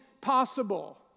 possible